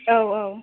औ औ